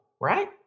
right